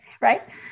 Right